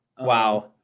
Wow